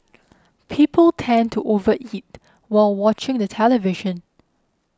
people tend to over eat while watching the television